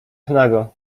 nago